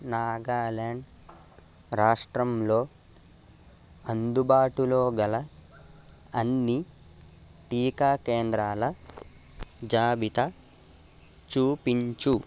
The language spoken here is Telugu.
నాగాల్యాండ్ రాష్ట్రంలో అందుబాటులో గల అన్ని టీకా కేంద్రాల జాబితా చూపించు